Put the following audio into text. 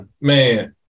man